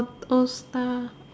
auto star